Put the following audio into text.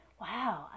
wow